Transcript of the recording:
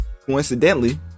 coincidentally